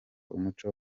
umuco